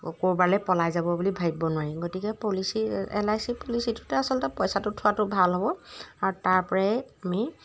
অঁ ক'ৰবালৈ পলাই যাব বুলি ভাবিব নোৱাৰি গতিকে পলিচি এল আই চি পলিচিটোতে আচলতে পইচাটো থোৱাটো ভাল হ'ব আৰু তাৰপৰাই আমি